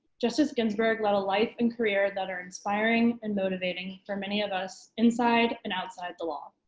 justice ginsburg led a life and career that are inspiring and motivating for many of us inside and outside the law.